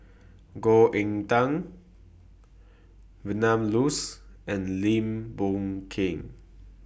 Goh Eck Kheng Vilma Laus and Lim Boon Keng